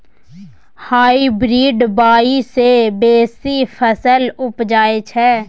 hybrid बीया सँ बेसी फसल उपजै छै